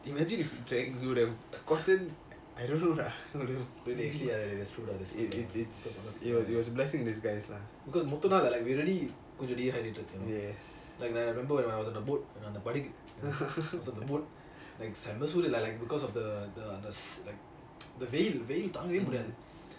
good that's true that's true ah கொஞ்சம்:konjam already dehydrated because when we were in the boat in the boat செம்ம சூடுள்ள:semma soodula because of the அந்த வெயில் அந்த வெயில் தங்கவேய் முடியாதுல:antha veyil antha veyil thangavey mudiyathula